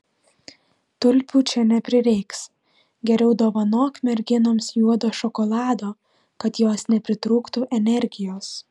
tulpių čia neprireiks geriau dovanok merginoms juodo šokolado kad jos nepritrūktų energijos